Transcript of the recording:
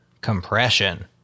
compression